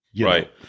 Right